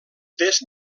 test